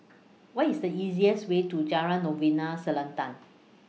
What IS The easiest Way to Jalan Novena Selatan